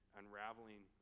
unraveling